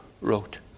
wrote